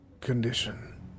condition